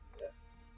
Yes